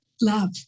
love